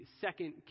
second